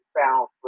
found